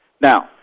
Now